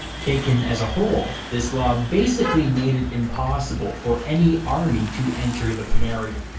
taken as a whole, this law basically made it impossible for any army to enter the pomerium.